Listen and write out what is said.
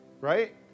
Right